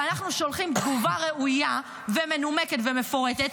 ואנחנו שולחים תגובה ראויה ומנומקת ומפורטת,